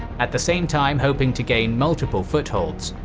at the same time hoping to gain multiple footholds,